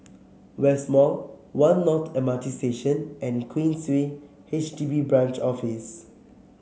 West Mall One North M R T Station and Queensway H D B Branch Office